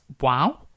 wow